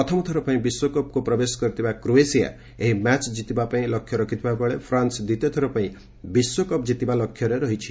ପ୍ରଥମ ଥର ପାଇଁ ବିଶ୍ୱକପ୍କୁ ପ୍ରବେଶ କରିଥିବା କ୍ରୋଏସିଆ ଏହି ମ୍ୟାଚ ଜିତିବା ପାଇଁ ଲକ୍ଷ୍ୟ ରଖିଥିବାବେଳେ ଫ୍ରାନ୍ସ ଦ୍ୱିତୀୟ ଥର ବିଶ୍ୱକପ୍ ଜିତିବା ଲକ୍ଷ୍ୟରେ ରହିଛି